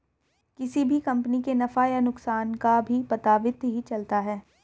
किसी भी कम्पनी के नफ़ा या नुकसान का भी पता वित्त ही चलता है